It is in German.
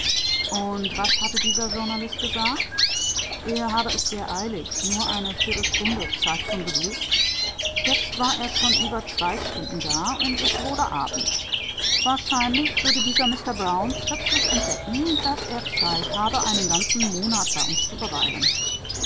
und was hatte dieser journalist gesagt er habe es sehr eilig nur eine viertelstunde zeit zum besuch jetzt war er schon über zwei stunden da und es wurde abend wahrscheinlich würde dieser mister brown plötzlich entdecken daß er zeit habe einen ganzen monat bei uns zu verweilen